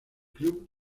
club